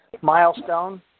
milestone